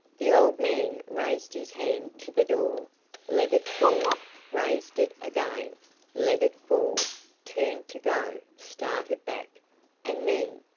the old man raised his hand to the door let it fall raised it again let it fall turned to go started back and then,